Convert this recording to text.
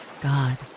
God